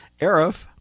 ARIF